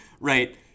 right